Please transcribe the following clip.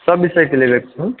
सब विषयके लै के रहै